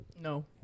No